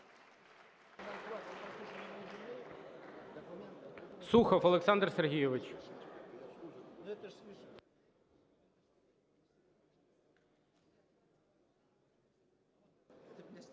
Сухов Олександр Сергійович.